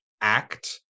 act